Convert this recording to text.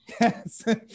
Yes